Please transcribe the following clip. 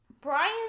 Brian